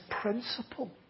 principle